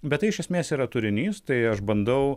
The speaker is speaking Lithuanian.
bet tai iš esmės yra turinys tai aš bandau